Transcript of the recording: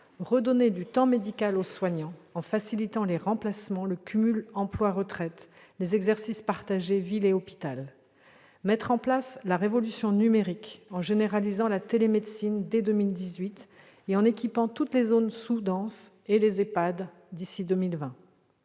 redonner du temps médical au soignant, en facilitant les remplacements, le cumul entre emploi et retraite ou les exercices partagés entre ville et hôpital ; mettre en place la révolution numérique, en généralisant la télémédecine dès 2018 et en équipant toutes les zones sous-denses et les établissements